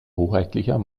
hoheitlicher